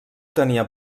tenia